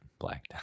Black